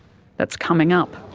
that's coming up.